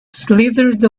slithered